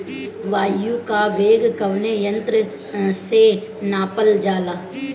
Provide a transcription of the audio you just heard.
वायु क वेग कवने यंत्र से नापल जाला?